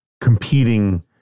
competing